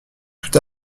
tout